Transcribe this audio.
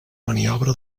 maniobra